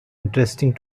interesting